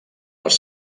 les